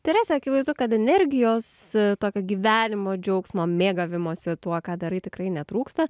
terese akivaizdu kad energijos tokio gyvenimo džiaugsmo mėgavimosi tuo ką darai tikrai netrūksta